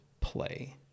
play